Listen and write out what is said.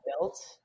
built